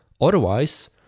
Otherwise